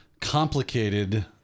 complicated